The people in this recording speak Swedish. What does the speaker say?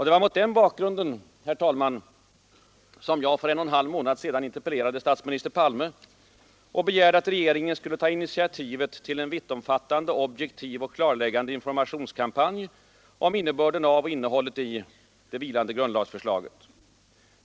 Det var mot den bakgrunden, herr talman, som jag för en och en halv månad sedan interpellerade statsminister Palme och begärde att regeringen skulle ta initiativet till en vittomfattande, objektiv och klarläggande informationskampanj om innebörden av och innehållet i det vilande grundlagsförslaget.